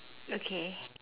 okay